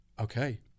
okay